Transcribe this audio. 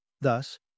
Thus